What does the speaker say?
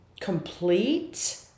complete